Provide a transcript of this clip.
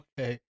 okay